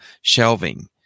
shelving